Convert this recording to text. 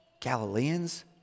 Galileans